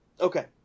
Okay